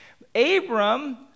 Abram